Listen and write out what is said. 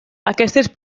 aquestes